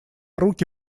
руки